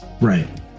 Right